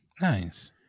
Nice